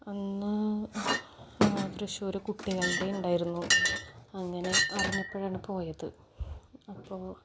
അന്ന് തൃശൂരില് കുട്ടികളുടെ ഉണ്ടായിരുന്നു അങ്ങനെ അറിഞ്ഞപ്പോഴാണ് പോയത് അപ്പോള്